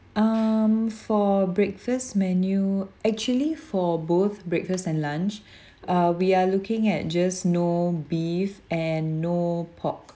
um for breakfast menu actually for both breakfast and lunch err we are looking at just no beef and no pork